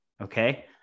Okay